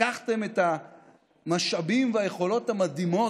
לקחתם את המשאבים ואת היכולות המדהימות